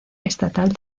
estatal